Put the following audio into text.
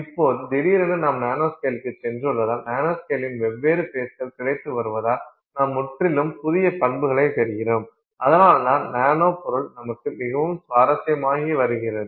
இப்போது திடீரென்று நாம் நானோஸ்கேலுக்குச் சென்றுள்ளதால் நானோஸ்கேலில் வெவ்வேறு ஃபேஸ்கள் கிடைத்து வருவதால் நாம் முற்றிலும் புதிய பண்புகளைப் பெறுகிறோம் அதனால்தான் நானோ பொருள் நமக்கு மிகவும் சுவாரஸ்யமாகி வருகிறது